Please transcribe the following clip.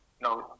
no